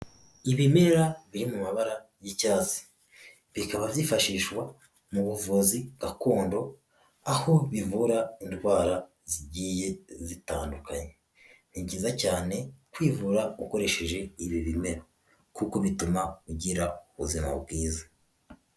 Ibimera biri mu mabara y'icyatsi, bikaba byifashishwa mu buvuzi Gakondo, aho bivura indwara zigiye zitandukanye, ni byiza cyane kwivura ukoresheje ibi bimera kuko bituma ugira ubuzima bwiza.